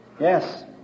Yes